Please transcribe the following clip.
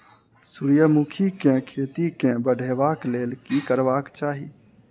सूर्यमुखी केँ खेती केँ बढ़ेबाक लेल की करबाक चाहि?